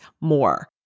more